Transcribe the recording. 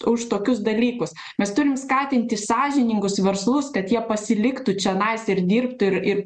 už tokius dalykus mes turim skatinti sąžiningus verslus kad jie pasiliktų čianais ir dirbtų ir ir